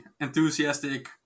enthusiastic